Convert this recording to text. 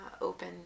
open